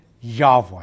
Yahweh